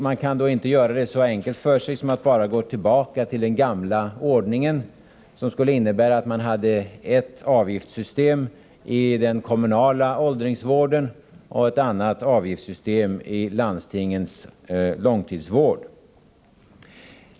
Man kan då inte göra det så enkelt för sig som att bara gå tillbaka till den gamla ordningen, vilket skulle innebära att man hade ett avgiftssystem i den kommunala åldringsvården och ett annat avgiftssystem i landstingens långtidsvård.